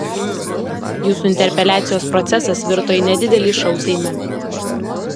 jūsų interpeliacijos procesas virto į nedidelį šou seime